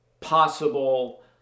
possible